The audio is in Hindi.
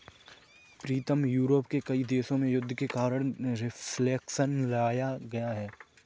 प्रीतम यूरोप के कई देशों में युद्ध के कारण रिफ्लेक्शन लाया गया है